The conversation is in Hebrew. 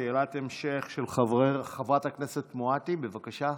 שאלת המשך, של חברת הכנסת מואטי, בבקשה.